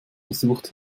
versucht